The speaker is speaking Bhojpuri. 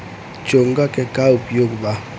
चोंगा के का उपयोग बा?